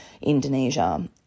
Indonesia